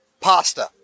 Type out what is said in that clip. pasta